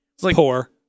Poor